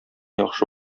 яхшы